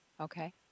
Okay